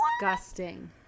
disgusting